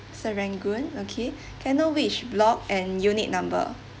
serangoon okay can I know which block and unit number